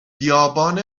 بیابان